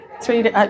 three